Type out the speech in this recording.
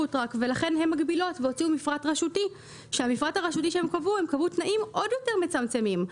ולכן הן מגבילות והוציאו מפרט רשותי שבו קבעו תנאים עוד יותר מצמצמים.